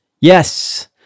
Yes